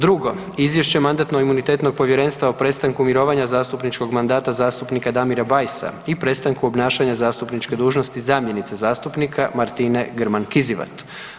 Drugo, Izvješće Mandatno-imunitetnog povjerenstva o prestanku mirovanja zastupničkog mandata zastupnika Damira Bajsa i prestanku obnašanja zastupničke dužnosti zamjenice zastupnika Martine Grman Kizivac.